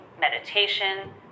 meditation